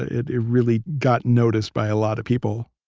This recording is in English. it it really got noticed by a lot of people.